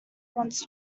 wants